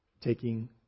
taking